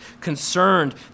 concerned